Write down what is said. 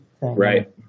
Right